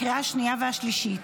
לקריאה השנייה והשלישית.